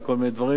וכל מיני דברים,